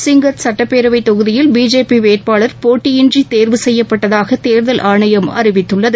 சிங்கத் சட்டப் பேரவைத் தொகுதியில் பிஜேபி வேட்பாளர் போட்டியின்றி தேர்வு செய்யப்பட்டதாக தேர்தல் ஆணையம் அறிவித்துள்ளது